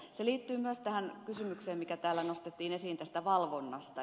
se liittyy myös tähän kysymykseen mikä täällä nostettiin esiin tästä valvonnasta